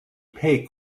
pay